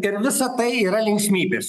ir visa tai yra linksmybės